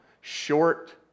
short